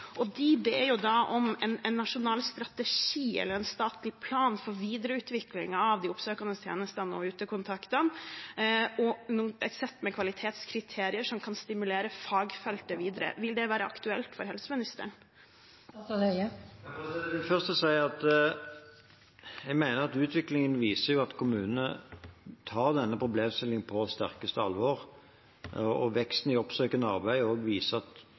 De ber om en nasjonal strategi eller en statlig plan for videreutvikling av de oppsøkende tjenestene og utekontaktene og et sett med kvalitetskriterier som kan stimulere fagfeltet videre. Vil det være aktuelt for helseministeren? Jeg vil først si at jeg mener at utviklingen viser at kommunene tar denne problemstillingen på det sterkeste alvor, og at veksten i oppsøkende arbeid også viser at